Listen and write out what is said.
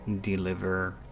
deliver